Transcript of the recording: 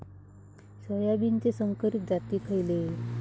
सोयाबीनचे संकरित जाती खयले?